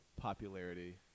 popularity